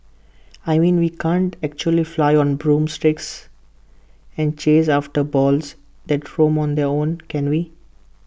I mean we can't actually fly on broomsticks and chase after balls that roam on their own can we